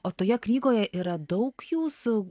o toje knygoje yra daug jūsų